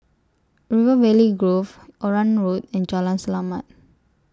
River Valley Grove Onraet Road and Jalan Selamat